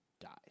dies